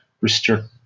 restrict